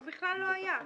הוא בכלל לא היה.